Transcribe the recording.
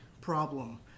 problem